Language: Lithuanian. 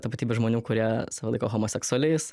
tapatybių žmonių kurie savo laiko homoseksualiais